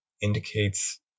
indicates